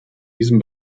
diesem